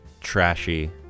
trashy